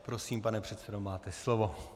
Prosím, pane předsedo, máte slovo.